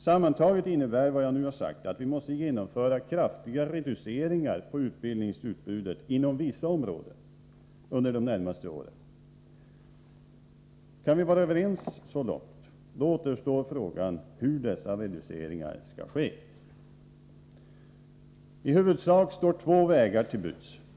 Sammantaget innebär vad jag nu har sagt att vi måste genomföra kraftiga reduceringar av utbildningsutbudet inom vissa områden under de närmaste åren. Kan vi vara överens så långt, återstår frågan hur dessa reduceringar skall ske. I huvudsak står två vägar till buds.